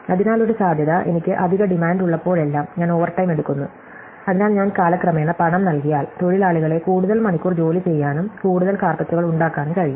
അതിനാൽ ഒരു സാധ്യത എനിക്ക് അധിക ഡിമാൻഡ് ഉള്ളപ്പോഴെല്ലാം ഞാൻ ഓവർടൈം എടുക്കുന്നു അതിനാൽ ഞാൻ കാലക്രമേണ പണം നൽകിയാൽ തൊഴിലാളികളെ കൂടുതൽ മണിക്കൂർ ജോലിചെയ്യാനും കൂടുതൽ കാര്പെറ്റുകൾ ഉണ്ടാക്കാനും കഴിയും